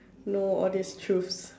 know all these truth